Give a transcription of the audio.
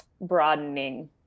broadening